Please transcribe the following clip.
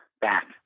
back